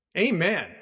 Amen